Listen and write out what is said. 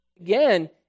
again